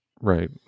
Right